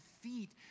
feet